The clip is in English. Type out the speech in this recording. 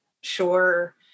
sure